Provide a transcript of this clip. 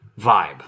vibe